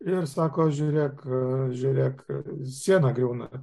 ir sako žiūrėk žiūrėk siena griūna